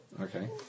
Okay